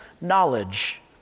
knowledge